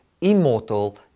immortal